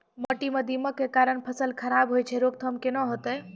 माटी म दीमक के कारण फसल खराब होय छै, रोकथाम केना होतै?